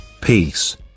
peace